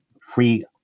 free